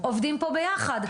עובדים פה ביחד.